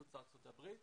מחוץ לארצות הברית